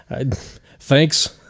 thanks